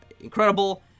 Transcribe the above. incredible